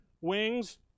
wings